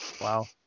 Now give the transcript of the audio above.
wow